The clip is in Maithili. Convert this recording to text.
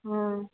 हँ